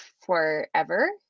forever